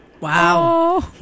Wow